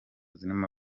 zirimo